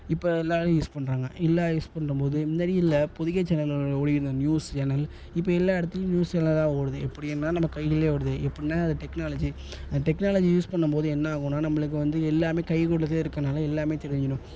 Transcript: இப்போ எல்லோரும் யூஸ் பண்ணுறாங்க எல்லாம் யூஸ் பண்ணும்போது இதுமாரி இல்லை பொதிகை சேனலில் ஓடிக்கிட்டிருந்த நியூஸ் சேனல் இப்ப எல்லா இடத்துலையும் நியூஸ் சேனலாக ஓடுது எப்படி என்ன நம்ப கையில் ஓடுது எப்புடின்னா அது டெக்னாலஜி அந்த டெக்னாலஜி யூஸ் பண்ணும்போது என்னாகுன்னால் நம்பளுக்கு வந்து எல்லாமே கைக்குள்ளயே இருக்கிறனால எல்லாமே தெரிஞ்சுடும்